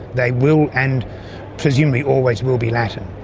they will, and presumably always will be, latin.